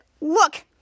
Look